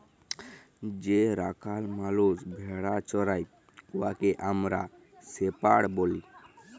যে রাখাল মালুস ভেড়া চরাই উয়াকে আমরা শেপাড় ব্যলি